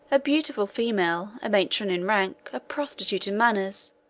a beautiful female, a matron in rank, a prostitute in manners,